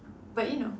but you know